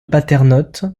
paternotte